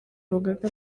rugaga